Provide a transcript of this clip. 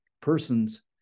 persons